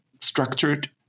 structured